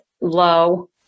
low